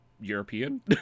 european